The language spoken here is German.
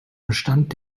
bestand